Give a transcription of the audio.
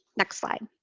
next slide.